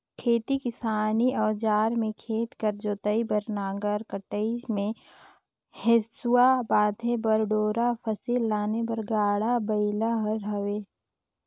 खेती किसानी कर अउजार मे खेत कर जोतई बर नांगर, कटई मे हेसुवा, बांधे बर डोरा, फसिल लाने बर गाड़ा बइला हर हवे